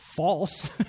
false